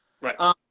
Right